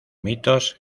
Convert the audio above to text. mitos